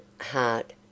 heart